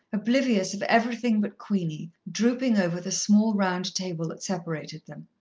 oblivious of everything but queenie, drooping over the small round table that separated them.